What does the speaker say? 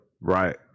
Right